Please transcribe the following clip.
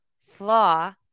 flaw